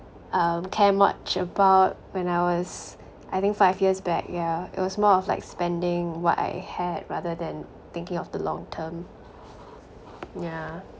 um care much about when I was I think five years back yeah it was more of like spending what I had rather than thinking of the long term ya